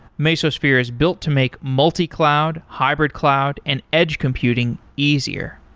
mesosphere is built to make multi-cloud, hybrid-cloud and edge computing easier.